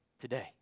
today